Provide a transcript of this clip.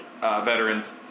veterans